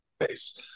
face